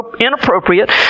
inappropriate